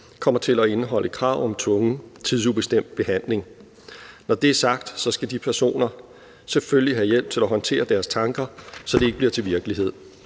kommer til at indeholde krav om tvungen tidsubestemt behandling. Når det er sagt, skal de personer selvfølgelig have hjælp til at håndtere deres tanker, så det ikke bliver til virkelighed.